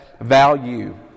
value